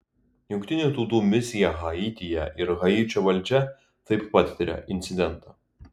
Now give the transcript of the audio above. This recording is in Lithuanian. jungtinių tautų misija haityje ir haičio valdžia taip pat tiria incidentą